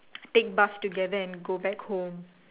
take bus together and go back home